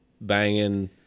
banging